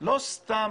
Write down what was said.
לא סתם